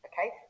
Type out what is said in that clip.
okay